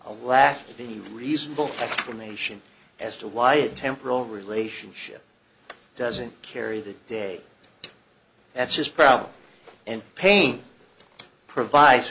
the reasonable explanation as to why a temporal relationship doesn't carry the day that's his problem and pain provides